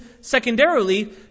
secondarily